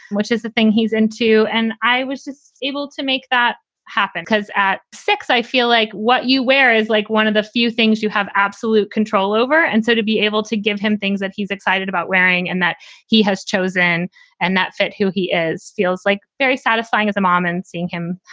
which is the thing he's into. and i was just able to make that happen because at six, i feel like what you wear is like one of the few things you have absolute control over. and so to be able to give him things that he's excited about wearing and that he has chosen and that fit who he is feels like very satisfying as a mom and seeing him.